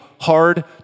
hard